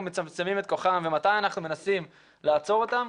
מצמצמם את כוחם ומתי אנחנו מנסים לעצור אותם,